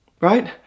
right